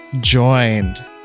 joined